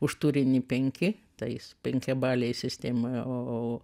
už turinį penki tais penkiabalėj sistemoj o